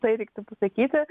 tai reiktų pasakyti